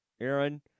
Aaron